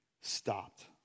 stopped